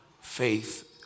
faith